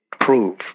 prove